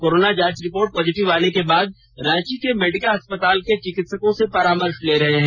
corona जांच report positive आने के बाद रांची के मेडिका अस्पताल के चिकित्सकों से परामर्श ले रहे हैं